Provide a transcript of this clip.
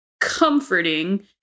comforting